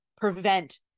prevent